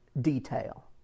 detail